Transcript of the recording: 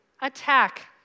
Attack